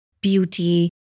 beauty